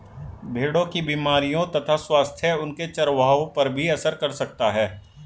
भेड़ों की बीमारियों तथा स्वास्थ्य उनके चरवाहों पर भी असर कर सकता है